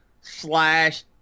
slash